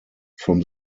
from